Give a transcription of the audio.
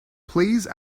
please